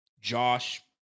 Josh